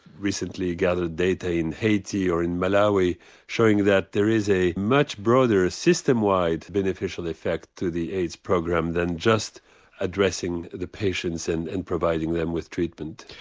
recently gathered data in haiti or malawi showing that there is a much broader system wide beneficial effect to the aids program than just addressing the patients and and providing them with treatment.